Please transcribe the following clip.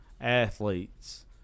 athletes